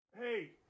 Hey